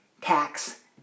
tax